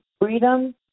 Freedom